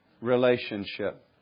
relationship